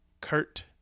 kurt